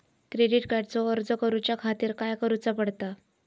Credit कार्डचो अर्ज करुच्या खातीर काय करूचा पडता?